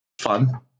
fun